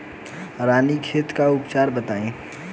रानीखेत के उपचार बताई?